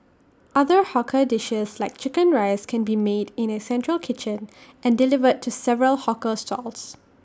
other hawker dishes like Chicken Rice can be made in A central kitchen and delivered to several hawker stalls